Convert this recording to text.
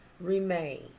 remain